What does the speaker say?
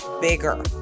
bigger